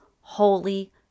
holy